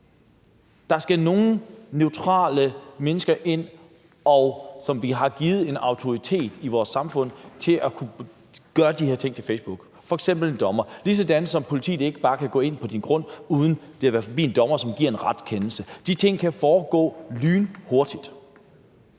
Det skal være nogle neutrale mennesker i vores samfund, som vi har givet autoritet til at kunne gøre de her ting på Facebook, f.eks. en dommer, ligesådan som politiet ikke bare kan gå ind på din grund, uden at det har været forbi en dommer, som giver en retskendelse. De ting kan foregå lynhurtigt.